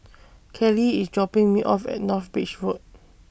Keli IS dropping Me off At North Bridge Road